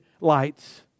lights